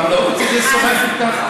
פעם לא רציתי לשוחח איתך?